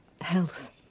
health